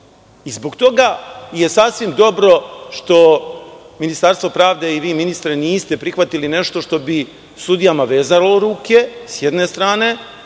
i zbog toga je sasvim dobro što Ministarstvo pravde i vi, ministre, niste prihvatili nešto što bi sudijama vezalo ruke, sa jedne strane,